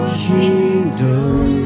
kingdom